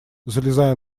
залезая